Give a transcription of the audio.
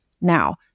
now